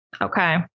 Okay